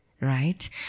Right